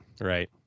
Right